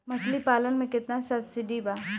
मछली पालन मे केतना सबसिडी बा?